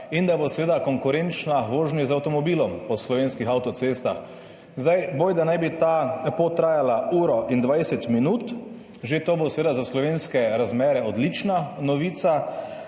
in da bo konkurenčna vožnji z avtomobilom po slovenskih avtocestah. Bojda naj bi ta pot trajala uro in 20 minut, že to bo za slovenske razmere seveda odlična novica.